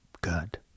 Good